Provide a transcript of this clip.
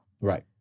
right